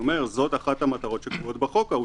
זו אחת המטרות שקבועות בחוק.